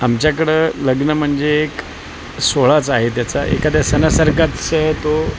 आमच्याकडं लग्न म्हणजे एक सोहळाच आहे त्याचा एखाद्या सणासारखाच तो